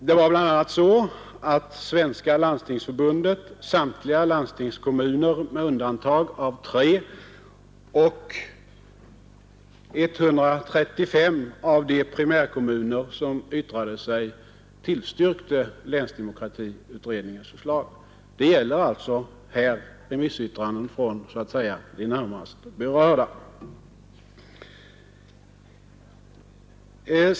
Det är faktiskt så att Svenska landstingsförbundet, samtliga landstingskommuner — med undantag av tre — och 135 av de primärkommuner som yttrat sig har tillstyrkt länsdemokratiutredningens förslag. Det är alltså remissyttranden från de så att säga närmast berörda.